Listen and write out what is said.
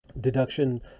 deduction